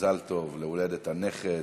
מזל טוב להולדת הנכד.